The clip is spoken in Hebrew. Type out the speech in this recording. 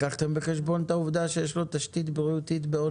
בחשבון את העובדה שיש לו תשתית בריאותית באנייה?